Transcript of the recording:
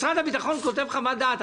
משרד הביטחון כותב חוות דעת,